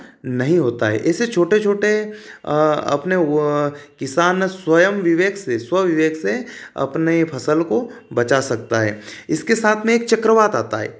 नहीं होता है ऐसे छोटे छोटे अपने व किसान स्वयं विवेक स्व विवेक से अपने फ़सल को बचा सकता है इसके साथ में एक चक्रवात आता है